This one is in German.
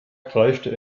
kreischte